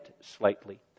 slightly